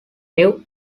new